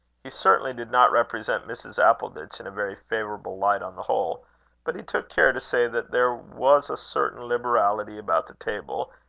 he certainly did not represent mrs. appleditch in a very favourable light on the whole but he took care to say that there was a certain liberality about the table,